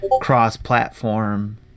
cross-platform